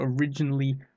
originally